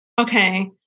okay